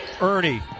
Ernie